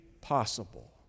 possible